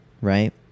right